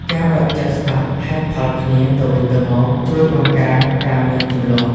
ការបើកចិត្តស្ដាប់ហេតុផលគ្នាទៅវិញទៅមក ជួយបង្ការការមានជម្លោះ។